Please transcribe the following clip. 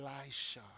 Elisha